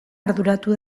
arduratu